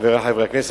חברי חברי הכנסת,